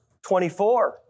24